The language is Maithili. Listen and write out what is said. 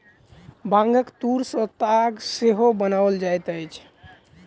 बांगक तूर सॅ ताग सेहो बनाओल जाइत अछि